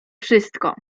wszystko